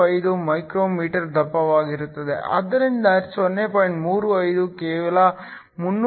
35 μm ದಪ್ಪವಾಗಿರುತ್ತದೆ ಆದ್ದರಿಂದ 0